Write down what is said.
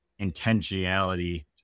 intentionality